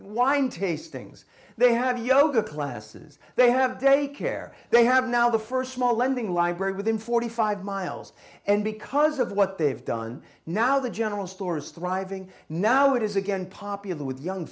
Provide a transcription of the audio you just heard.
wine tastings they have yoga classes they have daycare they have now the st small lending library within forty five miles and because of what they've done now the general store is thriving now it is again popular with young